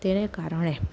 તેને કારણે